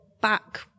back